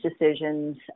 decisions